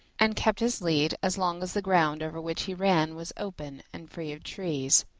and kept his lead as long as the ground over which he ran was open and free of trees.